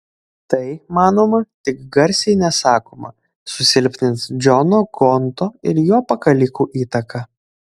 tai manoma tik garsiai nesakoma susilpnins džono gonto ir jo pakalikų įtaką